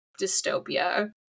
dystopia